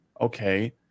okay